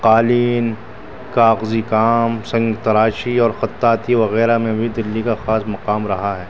قالین کاغذی کام سنگ تراشی اور خطاطی وغیرہ میں بھی دلی کا خاص مقام رہا ہے